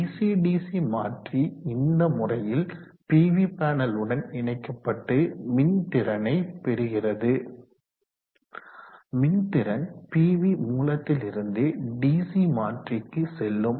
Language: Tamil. டிசி டிசி மாற்றி இந்த முறையில் பிவி பேனல் உடன் இணைக்கப்பட்டு மின்திறனை பெறுகிறது மின்திறன் பிவி மூலத்திலிருந்து டிசி மாற்றிக்கு செல்லும்